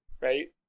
right